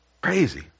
Crazy